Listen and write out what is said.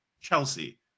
Chelsea